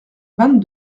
vingt